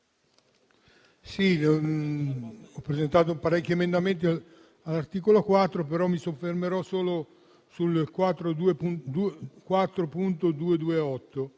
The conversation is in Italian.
ho presentato parecchi emendamenti all'articolo 4, però mi soffermerò solo